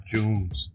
Jones